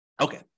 Okay